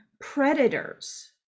predators